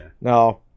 Now